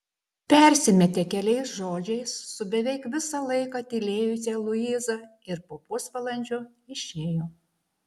persimetė keliais žodžiais su beveik visą laiką tylėjusia luiza ir po pusvalandžio išėjo